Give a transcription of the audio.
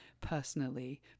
personally